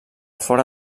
fora